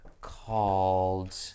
called